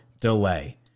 delay